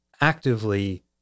actively